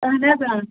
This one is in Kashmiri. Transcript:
اہَن حظ آ